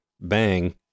Bang